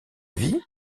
vie